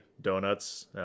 Donuts